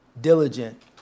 diligent